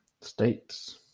States